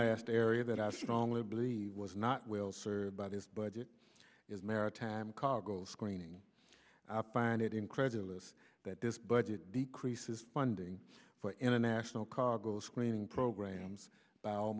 last area that i strongly believe was not well served by this budget is maritime cargo screening i find it incredulous that this budget decreases funding for international cargo screening programs by